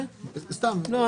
לא,